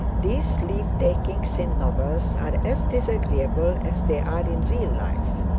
these leave-takings in novels are as disagreeable as they are in real life